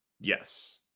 Yes